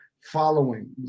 following